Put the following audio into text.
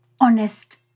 honest